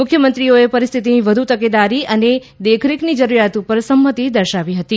મુખ્યમંત્રીઓએ પરિસ્થિતિની વધુ તકેદારી અને દેખરેખની જરૂરિયાત પર સંમતિ દર્શાવી હતી